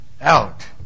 out